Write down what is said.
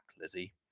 Lizzie